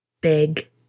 big